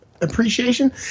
appreciation